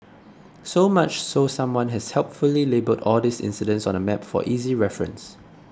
so much so someone has helpfully labelled all these incidents on a map for easy reference